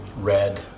red